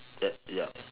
ya ya